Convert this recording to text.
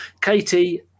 Katie